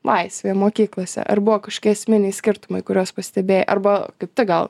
laisvėje mokyklose ar buvo kažkokie esminiai skirtumai kuriuos pastebėjai arba kaip tik gal